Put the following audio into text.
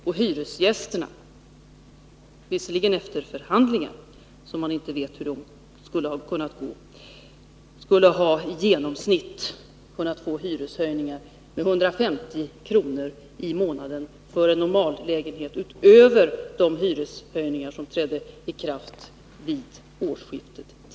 Och hyresgästerna hade — visserligen efter förhandlingar, där man inte vet hur det kunde ha gått — i genomsnitt kunnat få hyreshöjningar med 150 kr. i månaden för en normallägenhet utöver de hyreshöjningar som trädde i kraft vid årsskiftet.